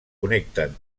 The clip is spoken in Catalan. connecten